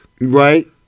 Right